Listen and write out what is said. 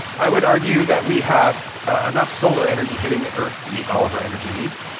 i would argue that we have enough solar energy hitting the earth to meet all of our energy needs.